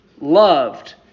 loved